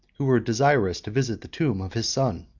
who were desirous to visit the tomb of his son.